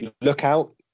Lookout